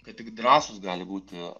kad tik drąsūs gali būti